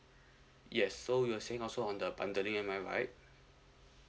yes so you're saying also on the bundling am I right